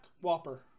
Whopper